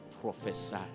prophesy